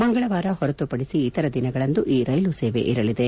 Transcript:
ಮಂಗಳವಾರ ಹೊರತುಪಡಿಸಿ ಇತರ ದಿನಗಳಂದು ಈ ರೈಲು ಸೇವೆ ಇರಲಿದೆ